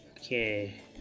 Okay